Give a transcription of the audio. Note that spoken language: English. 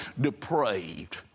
depraved